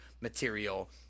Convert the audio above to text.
material